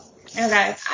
Okay